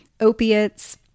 opiates